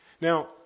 Now